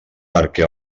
perquè